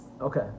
Okay